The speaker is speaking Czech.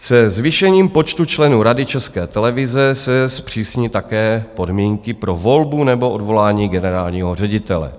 Se zvýšením počtu členů Rady České televize se zpřísní také podmínky pro volbu nebo odvolání generálního ředitele.